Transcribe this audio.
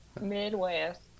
Midwest